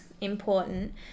important